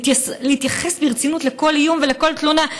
להתייחס ברצינות לכל איום ולכל תלונה.